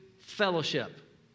fellowship